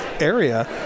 area